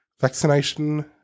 vaccination